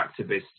activists